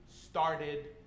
started